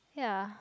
ya